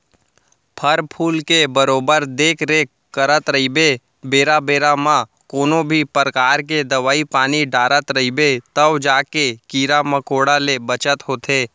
फर फूल के बरोबर देख रेख करत रइबे बेरा बेरा म कोनों भी परकार के दवई पानी डारत रइबे तव जाके कीरा मकोड़ा ले बचत होथे